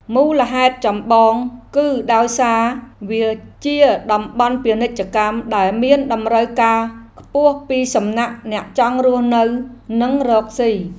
មូលហេតុចម្បងគឺដោយសារវាជាតំបន់ពាណិជ្ជកម្មដែលមានតម្រូវការខ្ពស់ពីសំណាក់អ្នកចង់រស់នៅនិងរកស៊ី។